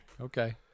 Okay